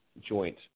joint